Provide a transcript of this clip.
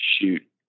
shoot